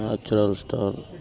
natural star